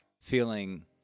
feeling